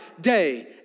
day